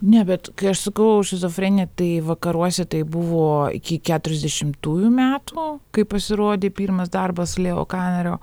ne bet kai aš sakau šizofrenija tai vakaruose tai buvo iki keturiasdešimtųjų metų kai pasirodė pirmas darbas leo kanerio